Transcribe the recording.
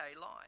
life